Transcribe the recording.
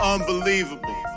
Unbelievable